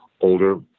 older